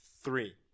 three